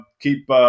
Keep